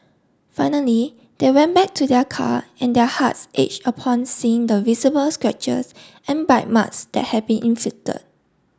finally they went back to their car and their hearts aged upon seeing the visible scratches and bite marks that had been inflicted